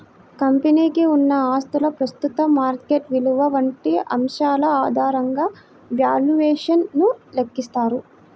కంపెనీకి ఉన్న ఆస్తుల ప్రస్తుత మార్కెట్ విలువ వంటి అంశాల ఆధారంగా వాల్యుయేషన్ ను లెక్కిస్తారు